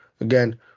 Again